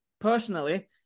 personally